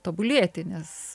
tobulėti nes